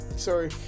sorry